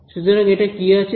সুতরাং এটা কি আছে এখানে